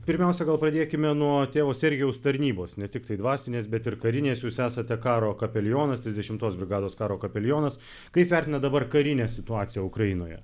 pirmiausia gal pradėkime nuo tėvo serhijaus tarnybos ne tiktai dvasinės bet ir karinės jūs esate karo kapelionas trisdešimtos brigados karo kapelionas kaip vertinat dabar karinę situaciją ukrainoje